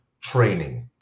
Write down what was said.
training